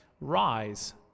Rise